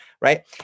right